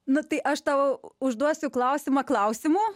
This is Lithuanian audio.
na tai aš tau užduosiu klausimą klausimu